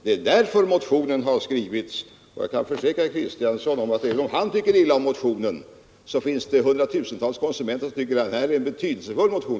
Det är därför motionen skrivits, och jag kan försäkra herr Kristiansson att även om han tycker illa om motionen, så finns det hundratusentals konsumenter som tycker att det här är en betydelsefull motion.